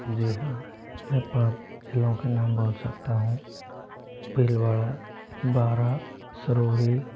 जी हाँ मैं पाँच जिलों के नाम बोल सकता हूँ भीलवाड़ा बारा सरोही